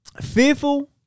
Fearful